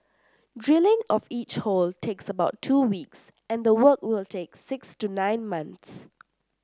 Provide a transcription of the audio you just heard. drilling of each hole takes about two weeks and the work will take six to nine months